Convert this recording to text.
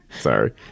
Sorry